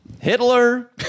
Hitler